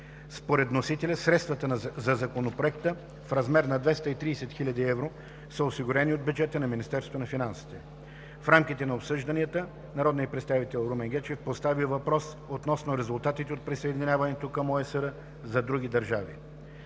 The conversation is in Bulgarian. Според вносителя средствата за Законопроекта в размер на 230 хиляди евро са осигурени по бюджета на Министерството на финансите. В рамките на обсъждането народният представител Румен Гечев постави въпрос относно резултатите от присъединяването към ОИСР на други държави.